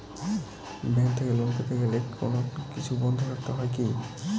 Bank থেকে loan পেতে গেলে কোনো কিছু বন্ধক রাখতে হয় কি?